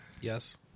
Yes